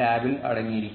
ടാബിൽ അടങ്ങിയിരിക്കുന്നു